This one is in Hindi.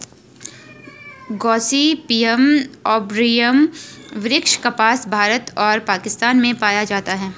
गॉसिपियम आर्बोरियम वृक्ष कपास, भारत और पाकिस्तान में पाया जाता है